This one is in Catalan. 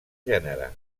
gènere